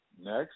Next